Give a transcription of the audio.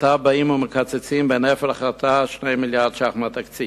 ועתה באים ומקצצים 2 מיליארדי ש"ח מהתקציב.